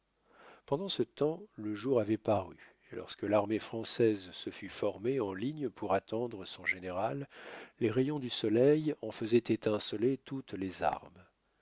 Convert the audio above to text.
pendant ce temps le jour avait paru et lorsque l'armée française se fut formée en ligne pour attendre son général les rayons du soleil en faisaient étinceler toutes les armes